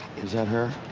is that her?